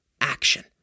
action